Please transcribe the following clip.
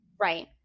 Right